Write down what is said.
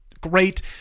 great